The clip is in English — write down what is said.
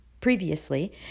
previously